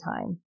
time